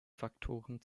faktoren